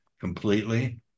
completely